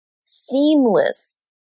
seamless